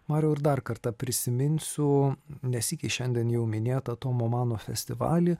mariau ir dar kartą prisiminsiu ne sykį šiandien jau minėtą tomo mano festivalį